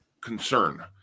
concern